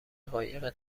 قایق